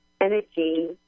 energy